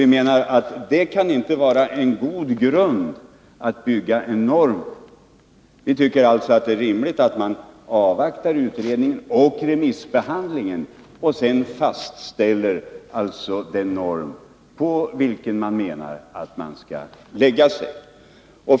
Vi menar att det inte kan vara en god grund att bygga en norm på. Vi tycker att det är rimligt att avvakta utredningen och remissbehandlingen innan man fastställer vilken norm som skall gälla.